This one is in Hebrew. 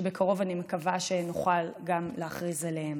שבקרוב אני מקווה שנוכל גם להכריז עליהם.